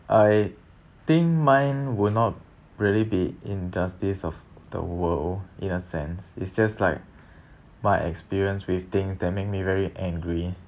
I think mine would not really be injustice of the world in a sense it's just like my experience with things that make me very angry